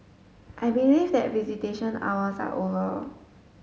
I believe that visitation hours are over